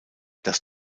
das